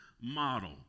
model